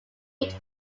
meet